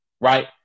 Right